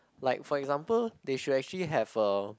like for example they should actually have a